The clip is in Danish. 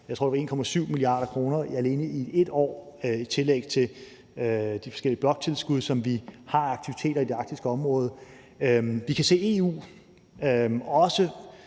jeg tror, det var 1,7 mia. kr. alene i ét år i tillæg til de forskellige bloktilskud, som vi bruger på aktiviteter i det arktiske område. Vi kan se, at EU også